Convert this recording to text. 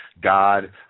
God